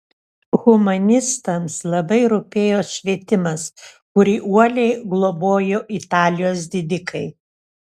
humanistams labai rūpėjo švietimas kurį uoliai globojo italijos didikai